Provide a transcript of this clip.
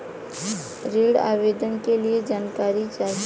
ऋण आवेदन के लिए जानकारी चाही?